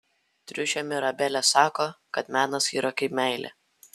triušė mirabelė sako kad menas yra kaip meilė